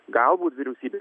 galbūt vyriausybė